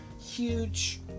huge